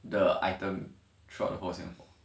the item throughout the whole singapore